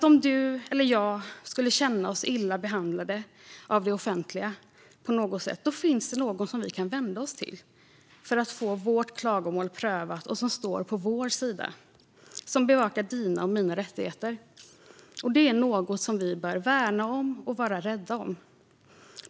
Om du eller jag skulle känna oss illa behandlade av det offentliga på något sätt finns det någon som vi kan vända oss till för att få vårt klagomål prövat och som står på vår sida, som bevakar dina och mina rättigheter. Det är något som vi bör värna om och vara rädda om.